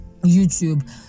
YouTube